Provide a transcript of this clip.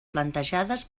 plantejades